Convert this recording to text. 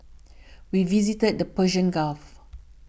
we visited the Persian Gulf